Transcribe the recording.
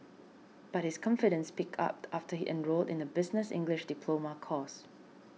but his confidence picked up after he enrolled in a business English diploma course